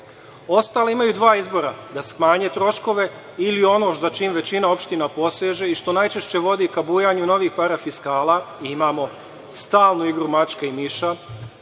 Ostale imaju dva izbora – da smanje troškove ili ono za čime većina opština poseže i što najčešće vodi ka bujanju novih parafiskala, imamo stalnu igru mačke i miša,